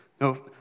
No